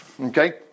Okay